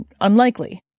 unlikely